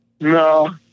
No